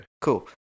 Cool